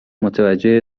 متوجه